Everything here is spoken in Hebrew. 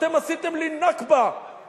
אתם עשיתם לי נכבה.